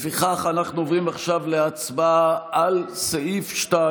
לפיכך, אנחנו עוברים עכשיו להצבעה על סעיף 2